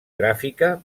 gràfica